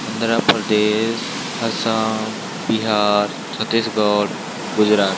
Andhra Pradesh Assam Bihar Chhattisgarh Gujarat